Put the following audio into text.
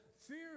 Fear